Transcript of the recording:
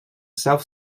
self